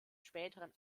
späteren